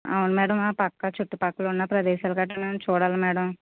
అవును మేడం ఆ పక్క చుట్టుపక్కల ఉన్న ప్రదేశాలు గట్టా మేము చూడాలి మేడం